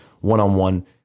one-on-one